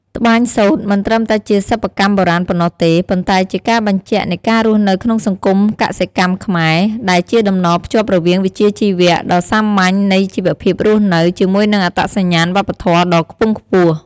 ត្បាញសូត្រមិនត្រឹមតែជាសិប្បកម្មបុរាណប៉ុណ្ណោះទេ ប៉ុន្តែជាការបញ្ជាក់នៃការរស់នៅក្នុងសង្គមកសិកម្មខ្មែរ ដែលជាតំណភ្ជាប់រវាងវិជ្ជាជីវៈ ដ៏សាមញ្ញនៃជីវភាពរស់នៅ ជាមួយនឹងអត្តសញ្ញាណវប្បធម៌ដ៏ខ្ពង់ខ្ពស់។